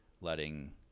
Letting